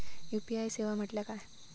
UPI सेवा म्हटल्या काय?